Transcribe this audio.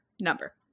number